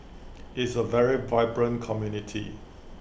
is A very vibrant community